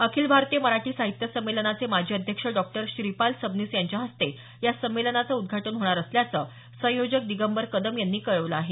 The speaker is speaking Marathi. अखिल भारतीय मराठी साहित्य संमेलनाचे माजी अध्यक्ष डॉक्टर श्रीपाल सबनीस यांच्या हस्ते या संमेलनाचं उद्घाटन होणार असल्याचं संयोजक दिगंबर कदम यांनी कळवलं आहे